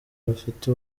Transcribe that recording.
bafite